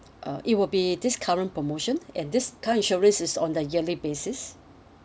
uh it will be this current promotion and this car insurance is on the yearly basis